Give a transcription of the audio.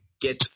get